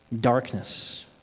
Darkness